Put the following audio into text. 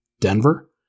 Denver